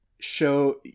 Show